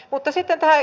mutta sitä tai